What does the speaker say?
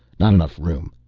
not enough room.